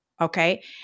okay